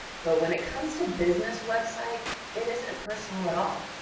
but when it comes to business websites, it isn't personal at all.